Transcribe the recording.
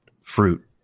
fruit